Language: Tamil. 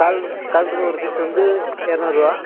காலண்டரு ஒரு பீஸு வந்து இரநூறுவா